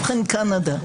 קנדה.